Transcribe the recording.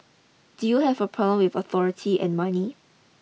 do you have a problem with authority and money